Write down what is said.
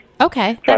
Okay